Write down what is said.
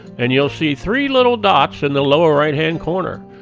and you'll see three little dots in the lower right hand corner.